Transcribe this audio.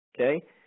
Okay